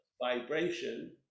vibration